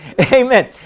Amen